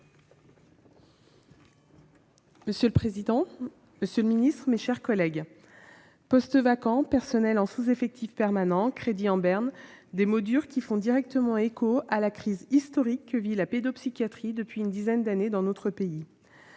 Monsieur le président, monsieur le secrétaire d'État, mes chers collègues, postes vacants, personnels en sous-effectif permanent, crédits en berne ... Des mots durs qui font directement écho à la crise historique que vit la pédopsychiatrie depuis une dizaine d'années dans notre pays.